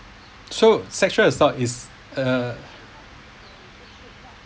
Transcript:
so sexual assault is uh